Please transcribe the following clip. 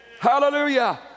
Hallelujah